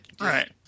Right